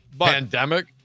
Pandemic